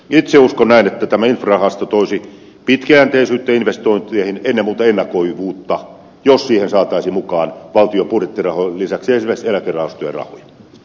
itse uskon näin että tämä infrarahasto toisi pitkäjänteisyyttä investointeihin ennen muuta ennakoitavuutta jos siihen saataisiin mukaan valtion budjettirahojen lisäksi esimerkiksi eläkerahastojen rahoja